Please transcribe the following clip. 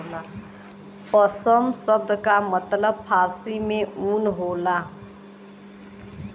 पसम सब्द का मतलब फारसी में ऊन होला